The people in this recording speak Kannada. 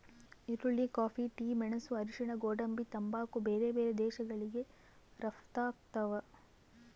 ಈರುಳ್ಳಿ ಕಾಫಿ ಟಿ ಮೆಣಸು ಅರಿಶಿಣ ಗೋಡಂಬಿ ತಂಬಾಕು ಬೇರೆ ಬೇರೆ ದೇಶಗಳಿಗೆ ರಪ್ತಾಗ್ತಾವ